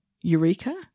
Eureka